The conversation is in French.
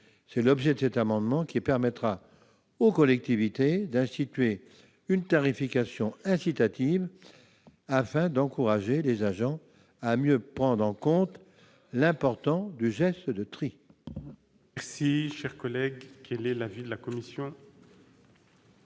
est l'objet de cet amendement dont l'adoption permettra aux collectivités d'instituer une tarification incitative, afin d'encourager les agents à mieux prendre en compte l'importance du geste de tri. Quel est l'avis de la commission ?